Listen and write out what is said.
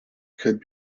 could